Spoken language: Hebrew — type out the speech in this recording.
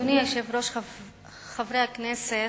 אדוני היושב-ראש, חברי הכנסת,